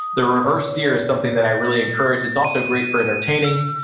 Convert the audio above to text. the reverse sear is something that i really encourage. it's also great for entertaining,